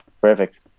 Perfect